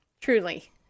Truly